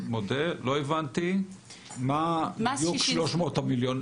מודה לא הבנתי מה זה בדיוק 300 מיליון?